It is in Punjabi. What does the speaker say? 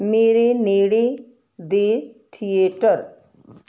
ਮੇਰੇ ਨੇੜੇ ਦੇ ਥੀਏਟਰ